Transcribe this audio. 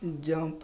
jump